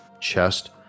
chest